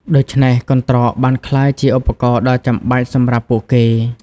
ដូច្នេះ កន្ត្រកបានក្លាយជាឧបករណ៍ដ៏ចាំបាច់សម្រាប់ពួកគេ។